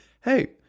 hey